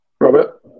Robert